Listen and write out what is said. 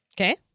Okay